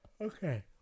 Okay